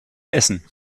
essen